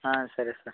సరే సార్